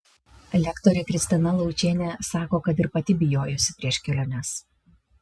lektorė kristina laučienė sako kad ir pati bijojusi prieš keliones